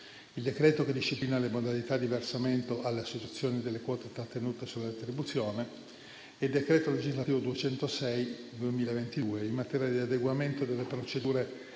il decreto che disciplina le modalità di versamento alle associazioni delle quote trattenute sulla retribuzione e il decreto legislativo n. 206 del 2022 in materia di adeguamento delle procedure